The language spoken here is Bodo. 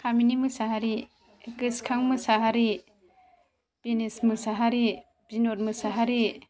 कामिनि मोसाहारि गोसोखां मोसाहारि दिनेस मोसाहारि बिनद मोसाहारि